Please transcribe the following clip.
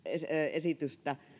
esitystä